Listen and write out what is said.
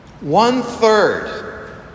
One-third